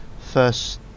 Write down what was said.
First